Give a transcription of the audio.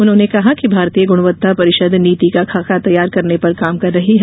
उन्होंने कहा कि भारतीय गुणवत्ता परिषद नीति का खाका तैयार करने पर काम कर रही है